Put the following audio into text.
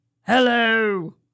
Hello